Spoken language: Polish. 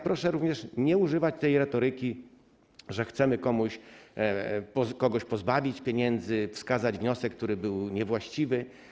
Proszę również nie używać tej retoryki, że chcemy kogoś pozbawić pieniędzy, wskazać wniosek, który był niewłaściwy.